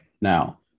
now